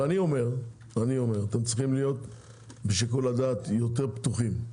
אני אומר שאתם צריכים להיות בשיקול הדעת יותר פתוחים.